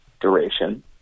duration